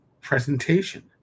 presentation